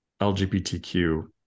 LGBTQ